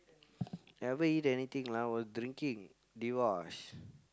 never eat anything lah all drinking